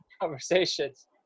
Conversations